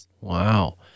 Wow